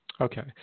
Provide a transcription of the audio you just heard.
Okay